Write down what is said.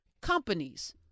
companies